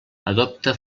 adopta